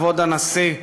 כבוד הנשיא,